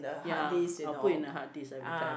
ya I will put in a hard disk everytime